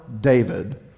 David